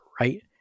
right